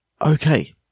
Okay